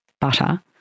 butter